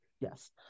yes